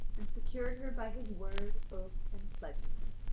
and secured her by his word, oath, and pledges.